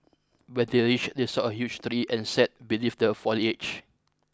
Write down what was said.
when they reached they saw a huge tree and sat beneath the foliage